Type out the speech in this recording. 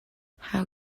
how